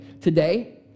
today